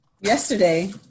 Yesterday